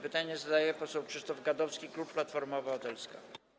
Pytanie zadaje poseł Krzysztof Gadowski, klub Platforma Obywatelska.